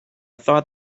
thought